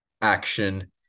action